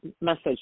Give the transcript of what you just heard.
message